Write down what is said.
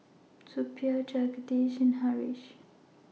Suppiah Jagadish and Haresh